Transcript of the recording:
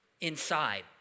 inside